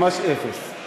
ממש אפס,